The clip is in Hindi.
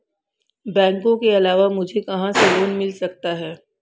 बैंकों के अलावा मुझे कहां से लोंन मिल सकता है?